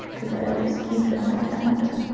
cause i always keep it on my calendar.